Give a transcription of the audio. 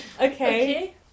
Okay